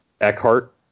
Eckhart